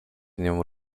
nią